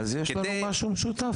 אז יש לנו משהו משותף,